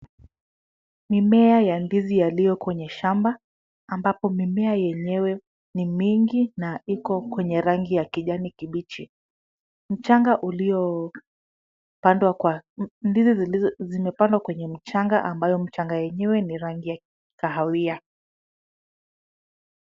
Mimea ya ndizi yaliyo kwenye shamba ambapo mimea yenyewe ni mingi na iko kwenye rangi ya kijani kibichi. Ndizi zimepandwa kwenye mchanga ambayo mchanga wenyewe ni rangi ya kahawia.